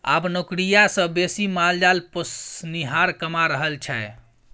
आब नौकरिया सँ बेसी माल जाल पोसनिहार कमा रहल छै